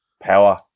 power